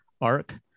arc